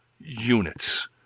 units